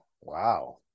wow